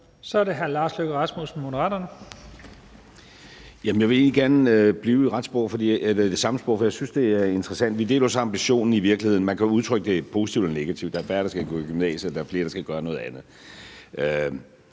Kl. 14:47 Lars Løkke Rasmussen (M): Jamen jeg vil egentlig gerne blive i det samme spor, for jeg synes, det er interessant. Vi deler så i virkeligheden ambitionen. Man kan udtrykke det positivt eller negativt. Der er færre, der kan gå i gymnasiet, og der er flere, der kan gøre noget andet.